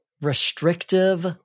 restrictive